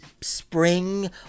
spring